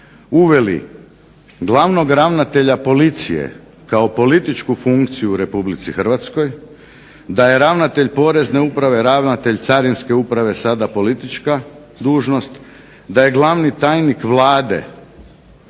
uveli glavnog ravnatelja policije kao političku funkciju u Republici Hrvatskoj, da je ravnatelj porezne uprave, ravnatelj carinske uprave sada politička dužnost, da je glavni tajnik Vlade